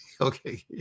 Okay